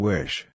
Wish